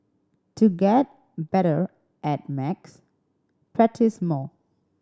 to get better at max practise more